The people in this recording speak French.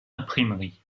imprimerie